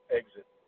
exit